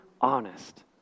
honest